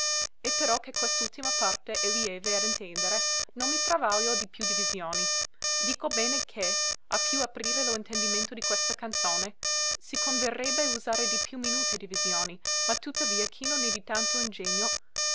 e però che questa ultima parte è lieve a intendere non mi travaglio di più divisioni dico bene che a più aprire lo intendimento di questa canzone si converrebbe usare di più minute divisioni ma tuttavia chi non è di tanto ingegno